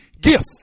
gift